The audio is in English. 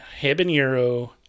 habanero